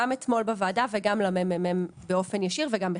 אתמול בוועדה וגם לממ"מ באופן ישיר וגם בכתב.